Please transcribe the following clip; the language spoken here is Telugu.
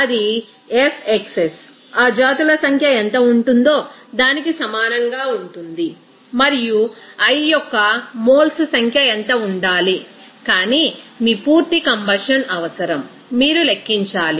అది fxs ఆ జాతుల సంఖ్య ఎంత ఉంటుందో దానికి సమానంగా ఉంటుంది మరియు i యొక్క మోల్స్ సంఖ్య ఎంత వుండాలి కానీ మీ పూర్తి కంబషన్ అవసరం మీరు లెక్కించాలి